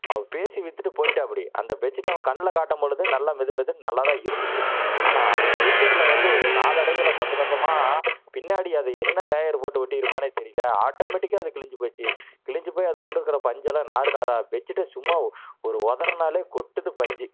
அவர் பேசி வித்துட்டு போய்ட்டாப்புடி அந்த பெட்ஷீட்டை அவன் கண்ல காட்டும் பொழுது நல்லா மெதுமெதுன்னு நல்லாதான் இருந்துச்சு ஆனால் அது ஃப்யூச்சர்ல வந்து ஒரு நாளடைவில் கொஞ்ச கொஞ்சமாக பின்னாடி அது என்ன லேயர் போட்டு ஒட்டிருப்பான்னே தெரியலை ஆட்டோமேட்டிக்காக அது கிழிஞ்சுப்போச்சி கிழிஞ்சுப்போய் அதுக்குள்ளாற இருக்கிற பஞ்செல்லாம் நார் நாராக பெட்ஷீட்டே சும்மா ஒரு ஒதர்னாலே கொட்டுது பஞ்சு